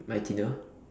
my dinner